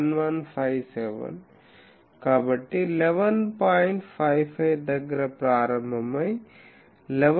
55 దగ్గర ప్రారంభమై 11